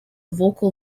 vocal